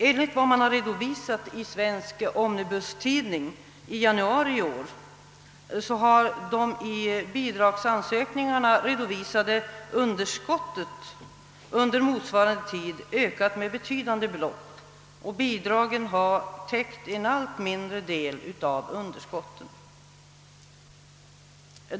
Enligt vad som refererats i Svensk Omnibustidning i januari i år har de i bidragsansökningarna redovisade underskotten under motsvarande tid ökat med betydande belopp, och bidragen har täckt en allt mindre del av underskotten.